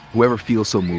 whoever feel so moved,